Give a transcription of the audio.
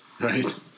Right